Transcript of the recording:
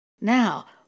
Now